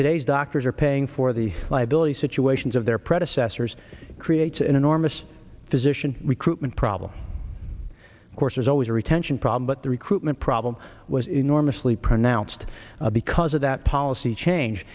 today's doctors are paying for the liability situations of their predecessors creates an enormous physician recruitment problem of course is always a retention problem but the recruitment problem was enormously pronounced because of that policy change